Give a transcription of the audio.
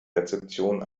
rezeption